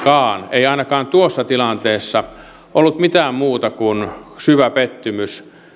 ei ainakaan tuossa tilanteessa ollut mitään muuta kuin syvä pettymys